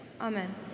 Amen